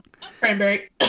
cranberry